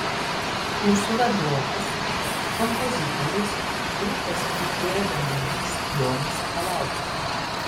kursų vadovas kompozitorius grupės el fuego narys jonas sakalauskas